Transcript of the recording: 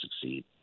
succeed